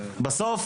בסוף,